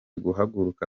guhaguruka